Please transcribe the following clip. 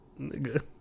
Nigga